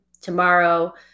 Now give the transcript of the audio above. tomorrow